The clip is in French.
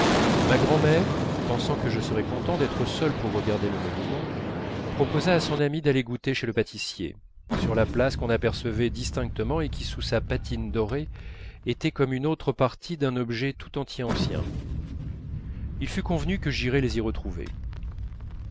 ma grand'mère pensant que je serais content d'être seul pour regarder le monument proposa à mon amie d'aller goûter chez le pâtissier sur la place qu'on apercevait distinctement et qui sous sa patine dorée était comme une autre partie d'un objet tout entier ancien il fut convenu que j'irais les y retrouver